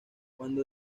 cuando